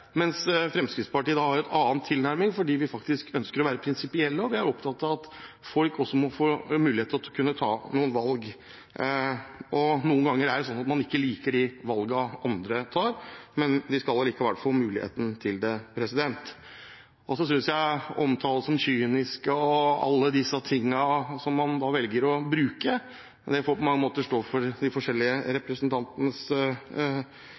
har en annen tilnærming, fordi vi faktisk ønsker å være prinsipielle, og vi er opptatt av at folk også må få mulighet til å kunne ta noen valg. Noen ganger er det sånn at man ikke liker de valgene andre tar, men de skal allikevel få muligheten til det. Jeg synes at omtale som «kyniske» og alt annet man velger å bruke, på mange måter får stå for de forskjellige